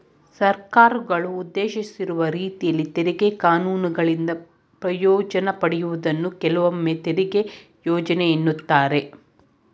ಸರ್ಕಾರಗಳು ಉದ್ದೇಶಿಸಿರುವ ರೀತಿಯಲ್ಲಿ ತೆರಿಗೆ ಕಾನೂನುಗಳಿಂದ ಪ್ರಯೋಜ್ನ ಪಡೆಯುವುದನ್ನ ಕೆಲವೊಮ್ಮೆತೆರಿಗೆ ಯೋಜ್ನೆ ಎನ್ನುತ್ತಾರೆ